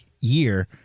year